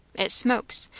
it smokes.